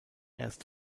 erst